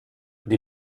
die